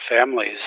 Families